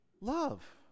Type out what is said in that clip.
love